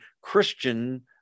Christian